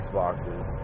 Xboxes